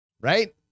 Right